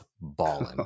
balling